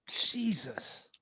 Jesus